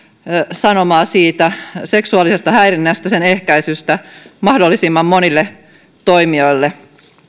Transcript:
sanomaa siitä seksuaalisesta häirinnästä sen ehkäisystä mahdollisimman monille toimijoille